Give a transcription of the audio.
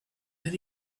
then